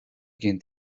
quien